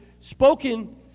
spoken